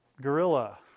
gorilla